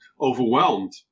overwhelmed